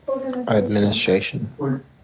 Administration